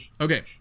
Okay